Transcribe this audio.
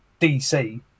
DC